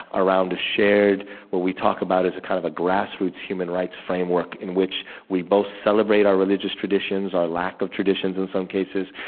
around a shared what we talk about is a kind of a grassroots human rights framework in which we both celebrate our religious traditions, our lack of traditions in some cases,